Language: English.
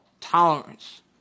tolerance